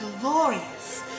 glorious